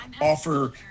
offer